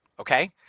Okay